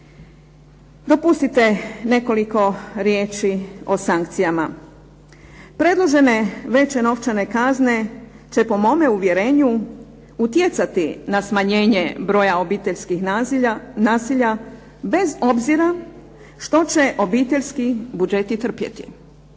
Dopustite nekoliko riječi o sankcijama. Predložene veće novčane kazne će po mome uvjerenju uticati na smanjenje broje obiteljskog nasilja, bez obzira što će obiteljski budžeti trpjeti.